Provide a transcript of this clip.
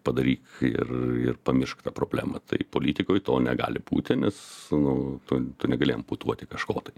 padaryk ir ir pamiršk tą problemą tai politikoje to negali būti nes nu tu negali amputuoti kažko tai